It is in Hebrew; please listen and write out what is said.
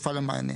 התקופה למענה),